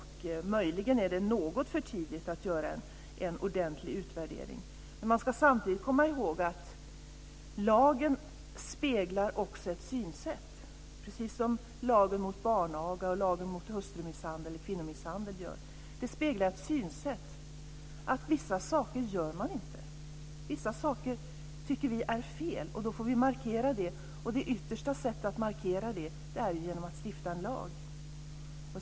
Möjligen är det något tidigt att göra en ordentlig utvärdering. Man ska samtidigt komma i håg att lagen också speglar ett synsätt, precis som lagen mot barnaga och lagen mot kvinnomisshandel. Det speglar synsättet: Vissa saker gör man inte. Vissa saker tycker vi är fel, och då får vi markera det. Det yttersta sättet att markera det är genom att stifta en lag.